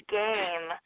game